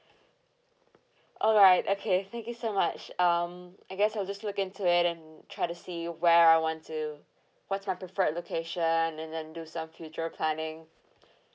alright okay thank you so much um I guess I'll just look into it and try to see where I want to what's my preferred location and then do some future planning